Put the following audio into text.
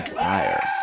fire